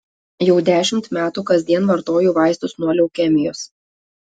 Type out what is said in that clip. jau dešimt metų kasdien vartoju vaistus nuo leukemijos